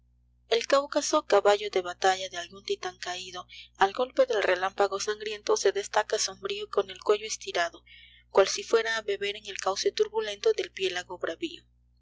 el cáucaso caballo de batall de algun titan caído al golpe del relámpago sangriento se destaca sombrio con el cuello estirado cual si fuera a beber en el cauce turbulento del piélago bravío